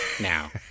now